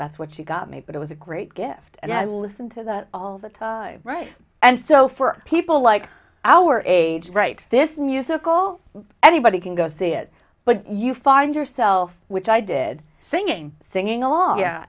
that's what she got me but it was a great gift and i listened to that all the time right and so for people like our age right this musical anybody can go see it but you find yourself which i did singing singing along